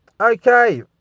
Okay